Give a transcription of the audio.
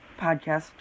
podcast